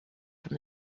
from